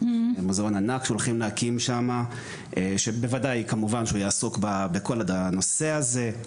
מוזיאון ענק שהולכים להקים שמה שבוודאי כמובן שהוא יעסוק בכל הנושא הזה.